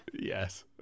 yes